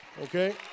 Okay